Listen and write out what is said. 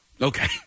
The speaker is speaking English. okay